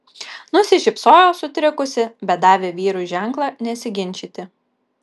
nusišypsojo sutrikusi bet davė vyrui ženklą nesiginčyti